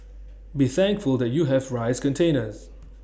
be thankful that you have rice containers